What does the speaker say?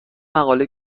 مقاله